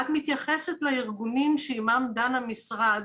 את מתייחסת לארגונים שעימם דן המשרד